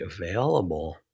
available